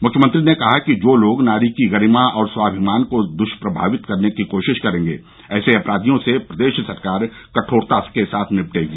मुख्यमंत्री ने कहा कि जो लोग नारी की गरिमा और स्वामिमान को दुष्प्रभावित करने की कोशिश करेंगे ऐसे अपराधियों से प्रदेश सरकार कठोरता के साथ निपटेगी